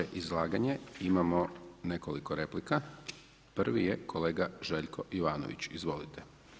Na vaše izlaganje imamo nekoliko replika, prvi je kolega Željko Jovanović, izvolite.